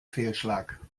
fehlschlag